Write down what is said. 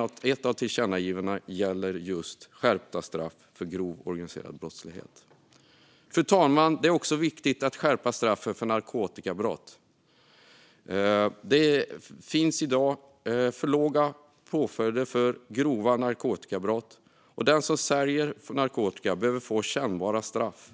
och ett av tillkännagivandena gäller skärpta straff för grov organiserad brottslighet. Fru talman! Det är också viktigt att skärpa straffen för narkotikabrott. Påföljderna är i dag för låga för grova narkotikabrott. Den som säljer narkotika behöver få ett kännbart straff.